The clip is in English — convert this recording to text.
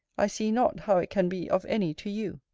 i see not how it can be of any to you.